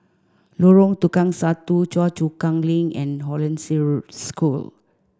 Lorong Tukang Satu Choa Chu Kang Link and Hollandse Road School